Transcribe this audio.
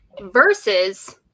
versus